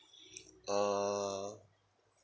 uh